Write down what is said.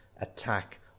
attack